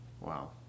Wow